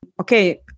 Okay